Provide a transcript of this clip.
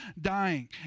dying